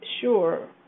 sure